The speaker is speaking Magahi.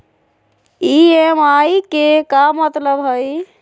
ई.एम.आई के का मतलब हई?